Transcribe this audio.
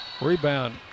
Rebound